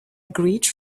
great